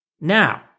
Now